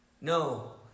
No